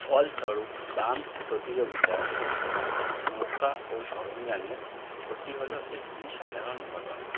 ফলস্বরূপ বাম্পস প্রতিযোগিতার সময় নৌকা ও সরঞ্জামের ক্ষতি হলো একটি সাধারণ ঘটনা